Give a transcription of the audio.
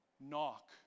knock